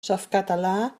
softcatalà